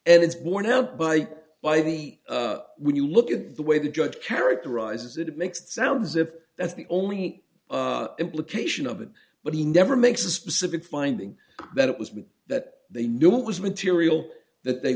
and it's borne out by by me when you look at the way the judge characterizes it it makes it sound as if that's the only implication of it but he never makes a specific finding that it was that they knew it was material that they